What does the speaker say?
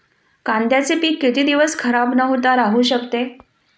कांद्याचे पीक किती दिवस खराब न होता राहू शकते?